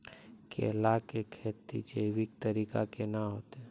केला की खेती जैविक तरीका के ना होते?